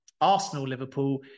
Arsenal-Liverpool